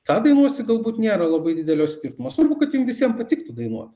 ką dainuosi galbūt nėra labai didelio skirtumo svarbu kad jum visiem patiktų dainuot